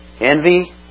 envy